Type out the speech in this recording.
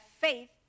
faith